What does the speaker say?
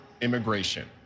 immigration